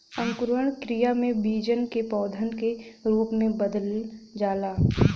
अंकुरण क्रिया में बीजन के पौधन के रूप में बदल जाला